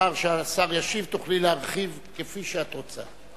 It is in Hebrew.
לאחר שהשר ישיב, תוכלי להרחיב כפי שאת רוצה.